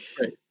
Right